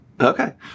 Okay